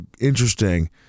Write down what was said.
interesting